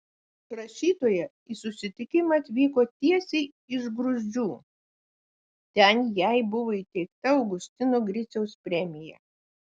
rašytoja į susitikimą atvyko tiesiai iš gruzdžių ten jai buvo įteikta augustino griciaus premija